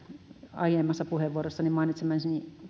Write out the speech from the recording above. aiemmassa puheenvuorossani mainitsemaani